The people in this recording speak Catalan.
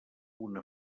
una